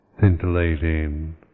scintillating